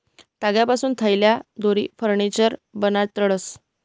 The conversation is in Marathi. तागपासून थैल्या, दोरी, फर्निचर बनाडतंस